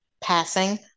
passing